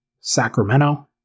Sacramento